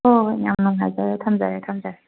ꯍꯣꯏ ꯍꯣꯏ ꯌꯥꯝ ꯅꯨꯡꯉꯥꯏꯖꯔꯦ ꯊꯝꯖꯔꯦ ꯊꯝꯖꯔꯦ